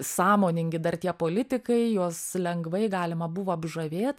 sąmoningi dar tie politikai juos lengvai galima buvo apžavėt